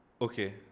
Okay